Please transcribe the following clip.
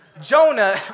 Jonah